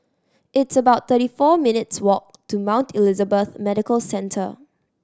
it's about thirty four minutes' walk to Mount Elizabeth Medical Centre